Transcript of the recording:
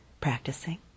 practicing